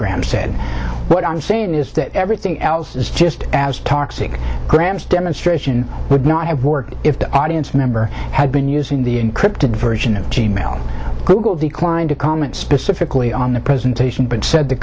said what i'm saying is that everything else is just as toxic graham's demonstration would not have worked if the audience member had been using the encrypted version of g mail google declined to comment specifically on the presentation but said the